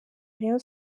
rayon